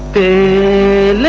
a